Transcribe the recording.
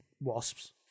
Wasps